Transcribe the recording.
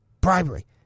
Bribery